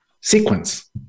sequence